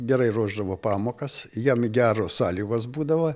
gerai ruošdavo pamokas jam geros sąlygos būdavo